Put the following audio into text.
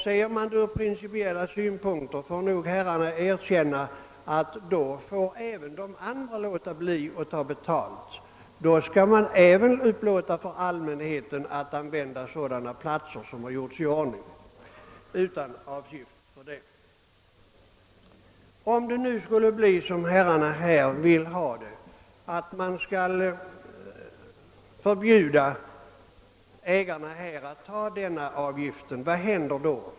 Ser man det ur principiell synpunkt måste nog herrarna erkänna att om rätten till avgiftsbeläggning i förevarande fall slopas så måste även andra markägare låta bli att ta betalt samt utan avgift för allmänheten upplåta sådana platser som iordningställts. Om det skulle bli så som herrarna vill ha det, nämligen att man förbjuder ägarna att ta denna avgift, vad händer då?